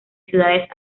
ciudades